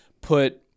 put